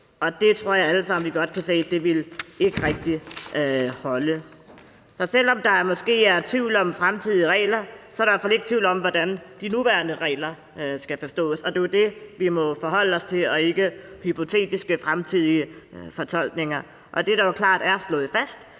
år. Det tror jeg at vi alle sammen godt kan se ikke rigtig ville holde. Så selv om der måske er tvivl om fremtidige regler, er der i hvert fald ikke tvivl om, hvordan de nuværende regler skal forstås, og det er jo det, vi må forholde os til og ikke hypotetiske, fremtidige fortolkninger. Det, der jo klart er slået fast,